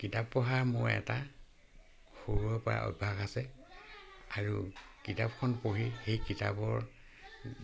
কিতাপ পঢ়াৰ মোৰ এটা সৰুৰেপৰা অভ্যাস আছে আৰু কিতাপখন পঢ়ি সেই কিতাপৰ